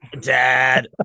Dad